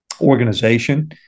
organization